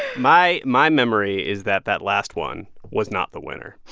my my memory is that that last one was not the winner.